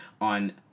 on